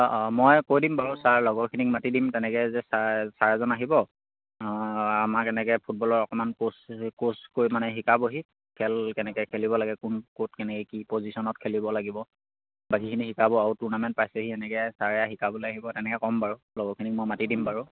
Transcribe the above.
অঁ অঁ মই কৈ দিম বাৰু ছাৰ লগৰখিনিক মাতি দিম তেনেকে যে ছাৰ ছাৰ এজন আহিব আমাৰ এনেকে ফুটবলৰ অকণমান ক'চ ক'চ কৰি মানে শিকাবহি খেল কেনেকে খেলিব লাগে কোন ক'ত কেনেকে কি পজিশ্যনত খেলিব লাগিব বাকিখিনি শিকাব আৰু টুৰ্ণামেণ্ট পাইছেহি এনেকে ছাৰে শিকাবলে আহিব তেনেকে কম বাৰু লগৰখিনিক মই মাতি দিম বাৰু